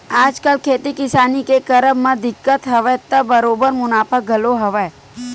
आजकल खेती किसानी के करब म दिक्कत हवय त बरोबर मुनाफा घलो हवय